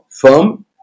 firm